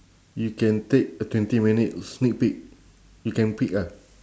you can take a twenty minute sneak peek you can peek ah